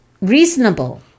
reasonable